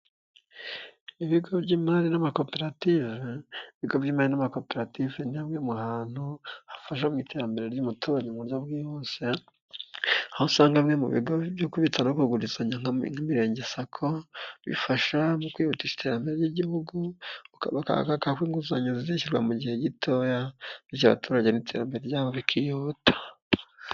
Ibigo by'imari n'amakoperative, ibigo by'imari n'amakoperative n'ihamwe mu hantu hafasha mu iterambere ry'umuturanyi mu buryo bwihuse, aho usanga bimwe mu bigo byo kubitsa no kugurizanya n'imirenge sacco bifasha mu kwihutisha iterambere ry'igihugu, ukaba inguzanyo zirishyurwa mu gihe gitoya by' abaturage n'iterambere ryabo rikihuta.